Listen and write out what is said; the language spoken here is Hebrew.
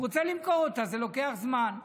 הוא רוצה למכור אותה, וזה לוקח זמן.